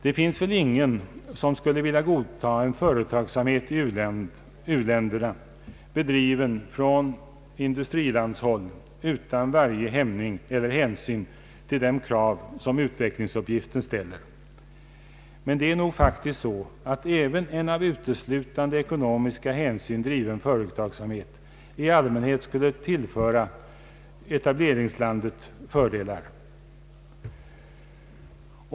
Det finns väl ingen som skulle vilja godta en företagsamhet i u-land, bedriven från industrilandshåll utan varje hämning eller hänsyn till de krav som utvecklingsuppgiften ställer, men det är nog faktiskt så att även en av uteslutande ekonomiska hänsyn driven företagsamhet i allmänhet skulle tillföra etableringslandet fördelar.